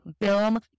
Boom